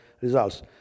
results